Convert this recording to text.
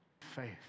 Faith